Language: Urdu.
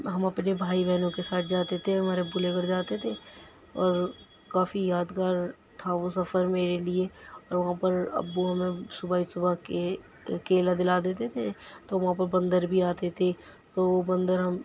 ہم اپنے بھائی بہنوں کے ساتھ جاتے تھے ہمارے ابو لے کر جاتے تھے اور کافی یادگار تھا وہ سفر میرے لئے اور وہاں پر ابو ہمیں صُبح ہی صُبح کے کیلا دلا دیتے تھے تو وہاں پر بندر بھی آتے تھے تو وہ بندر ہم